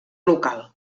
local